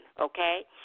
Okay